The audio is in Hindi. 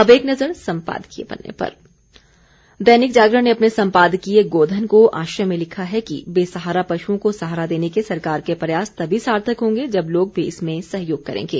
अब एक नजर संपादकीय पन्ने पर दैनिक जागरण ने अपने संपादकीय गोधन को आश्रय में लिखा है कि बेसहारा पशुओं को सहारा देने को सरकार के प्रयास तभी सार्थक होंगे जब लोग भी इसमें सहयोग करेंगे